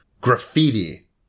graffiti